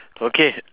okay